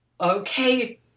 okay